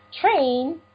train